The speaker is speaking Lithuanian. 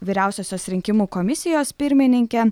vyriausiosios rinkimų komisijos pirmininkė